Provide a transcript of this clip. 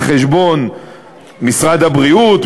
על חשבון משרד הבריאות,